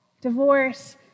divorce